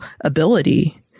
ability